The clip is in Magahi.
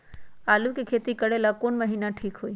आलू के खेती करेला कौन महीना ठीक होई?